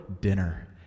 Dinner